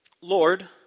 Lord